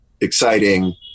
exciting